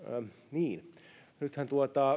niin nythän